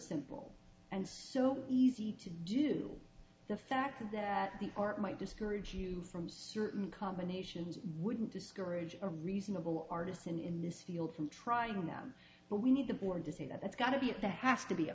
simple and so easy to do the fact that the art might discourage you from certain combinations wouldn't discourage a reasonable artist and in this field from trying now but we need the board to say that that's got to be the has to be a